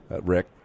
Rick